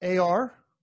AR